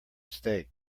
stake